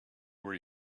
were